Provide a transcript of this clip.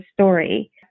story